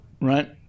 right